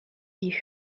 die